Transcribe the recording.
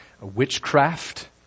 witchcraft